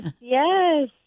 Yes